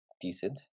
decent